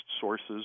sources